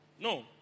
No